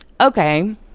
okay